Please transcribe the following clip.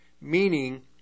Meaning